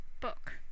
book